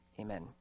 Amen